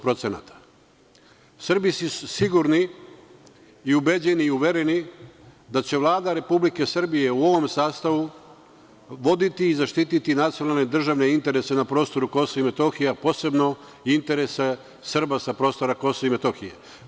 Srbi su sigurno i ubeđeni i uvereni da će Vlada Republike Srbije u ovom sastavu voditi i zaštiti nacionalne i državne interese na prostoru Kosova i Metohije, a posebno interese Srba sa prostora Kosova i Metohije.